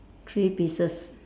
three pieces